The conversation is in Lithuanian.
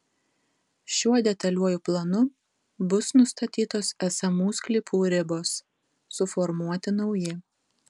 šiuo detaliuoju planu bus nustatytos esamų sklypų ribos suformuoti nauji